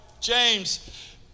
James